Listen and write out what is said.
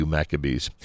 Maccabees